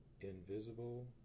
invisible